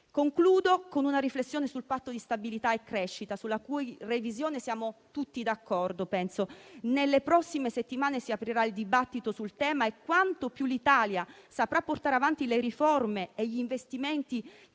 Concludo con una riflessione sul Patto di stabilità e crescita, sulla cui revisione siamo tutti d'accordo, penso. Nelle prossime settimane si aprirà il dibattito sul tema e quanto più l'Italia saprà portare avanti le riforme e gli investimenti